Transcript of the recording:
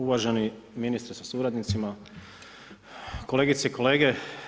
Uvaženi ministre sa suradnicima, kolegice i kolege.